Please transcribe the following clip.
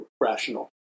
rational